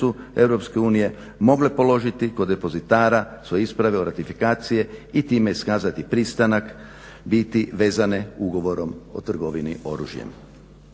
EU mogle položiti kod depozitara svoje isprave o ratifikaciji i time iskazati pristanak biti vezane ugovorom o trgovini oružjem.